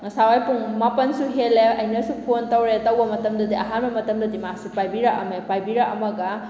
ꯉꯁꯥꯏꯋꯥꯏ ꯄꯨꯡ ꯃꯥꯄꯟꯁꯨ ꯍꯦꯜꯂꯦ ꯑꯩꯅꯁꯨ ꯐꯣꯟ ꯇꯧꯔꯦ ꯇꯧꯕ ꯃꯇꯝꯗꯗꯤ ꯑꯍꯥꯟꯕ ꯃꯇꯝꯗꯗꯤ ꯃꯥꯁꯨ ꯄꯥꯏꯕꯤꯔꯛꯑꯝꯃꯦ ꯄꯥꯏꯕꯤꯔꯛꯑꯝꯃꯒ